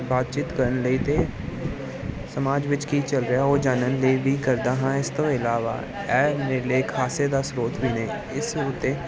ਬਾਤਚੀਤ ਕਰਨ ਲਈ ਅਤੇ ਸਮਾਜ ਵਿੱਚ ਕੀ ਚੱਲ ਰਿਹਾ ਉਹ ਜਾਣਨ ਲਈ ਵੀ ਕਰਦਾ ਹਾਂ ਇਸ ਤੋਂ ਇਲਾਵਾ ਇਹ ਨਿਰਲੇਖ ਹਾਸੇ ਦਾ ਸਰੋਤ ਵੀ ਨੇ ਇਸ ਉੱਤੇ